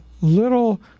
little